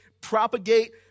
propagate